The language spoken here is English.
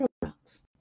products